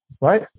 right